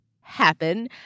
happen